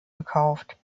gekauft